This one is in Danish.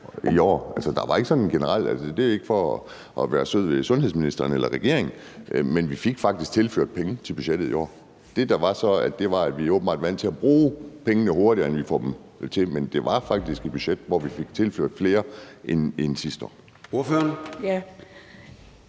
mio. kr. mere i år, og det er ikke for at være sød ved sundhedsministeren eller regeringen, men vi fik faktisk tilført penge til budgettet i år. Det, der så skete, var, at vi åbenbart er vant til at bruge pengene hurtigere, end vi får dem. Men det var faktisk et budget, hvor vi fik tilført flere penge end sidste år. Kl.